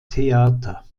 theater